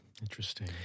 interesting